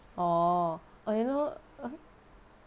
orh oh you know !huh!